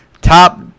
top